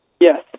Yes